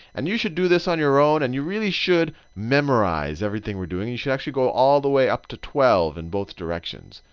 and you should do this on your own and you really should memorize everything we're doing. you should actually go all the way up to twelve in both directions.